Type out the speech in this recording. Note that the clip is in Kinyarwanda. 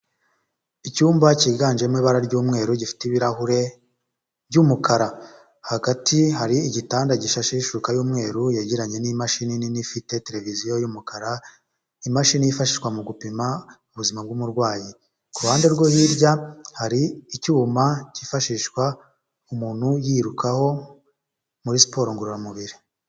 Icyumba cyiganjemo ibara ry'umweru gifite ibirahure by'umukara hagati hari igitanda gishashe ishuka y'umweru yegeranye n'imashini nini ifite televiziyo y'umukara, imashini yifashishwa mu gupima ubuzima bw'umurwayi ku ruhande rwo hirya hari icyuma cyifashishwa umuntu yirukaho muri siporo ngororamubiri.